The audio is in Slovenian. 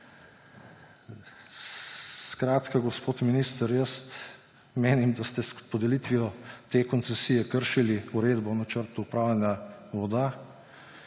Skratka, gospod minister, jaz menim, da ste s podelitvijo te koncesije kršili Uredbo o načrtu upravljanja voda.